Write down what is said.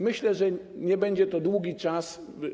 Myślę, że nie będzie to długi czas.